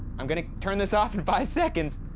i'm gonna turn this off in five seconds,